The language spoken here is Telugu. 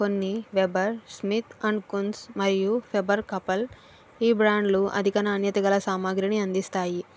కొన్ని వెబర్ స్మిత్ అండ్ కున్స్ మరియు ఫెబెర్ కాస్టెల్ ఈ బ్రాండ్లు అధిక నాణ్యత గల సామాగ్రిని అందిస్తాయి